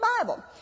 Bible